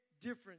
difference